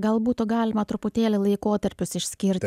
gal būtų galima truputėlį laikotarpius išskirti